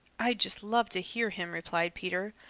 i'd just love to hear him, replied peter.